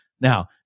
Now